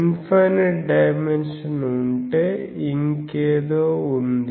infinite dimension ఉంటే ఇంకేదో ఉంది